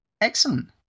Excellent